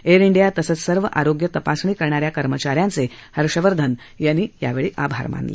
air India तसंच सर्व आरोग्य तपासणी करणा या कर्मचा यांचे हर्षवर्धन यांनी आभारही मानले